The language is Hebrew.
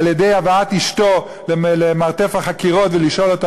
על-ידי הבאת אשתו למרתף החקירות ולשאול אותה